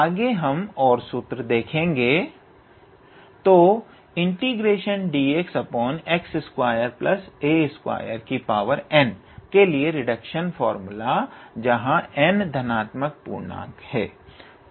आगे हम और सूत्र देखेंगे तो dxx2a2nके लिए रिडक्शन फार्मूला जहां n एक धनात्मक पूर्णांक है